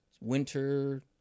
winter